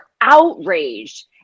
outraged